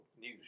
news